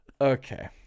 Okay